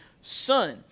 son